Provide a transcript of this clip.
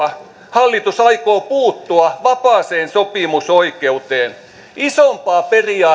hallitus aikoo puuttua vapaaseen sopimusoikeuteen isompaa